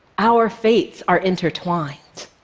our fates are intertwined.